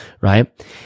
Right